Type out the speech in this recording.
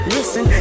Listen